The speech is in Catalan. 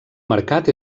mercat